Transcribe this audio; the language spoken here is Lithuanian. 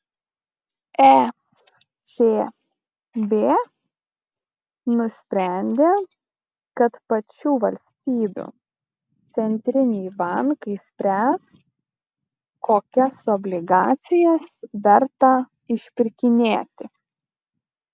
ecb nusprendė kad pačių valstybių centriniai bankai spręs kokias obligacijas verta išpirkinėti